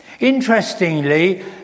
Interestingly